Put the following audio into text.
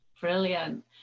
Brilliant